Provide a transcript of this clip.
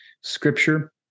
scripture